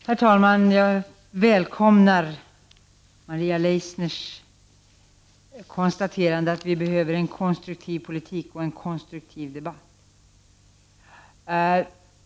Herr talman! Jag välkomnar Maria Leissners konstaterande att vi behöver en konstruktiv politik och en konstruktiv debatt.